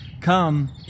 Come